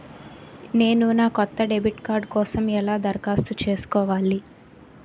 నేను నా కొత్త డెబిట్ కార్డ్ కోసం ఎలా దరఖాస్తు చేసుకోవాలి?